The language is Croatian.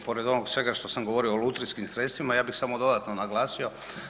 Pa ovdje, pored onog svega što sam govorio o lutrijskim sredstvima, ja bih samo dodatno naglasio.